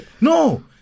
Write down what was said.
No